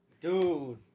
Dude